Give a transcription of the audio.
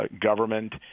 government